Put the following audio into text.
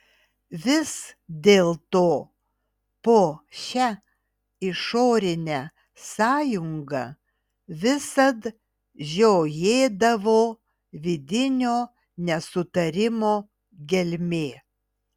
vis dėlto po šia išorine sąjunga visad žiojėdavo vidinio nesutarimo gelmė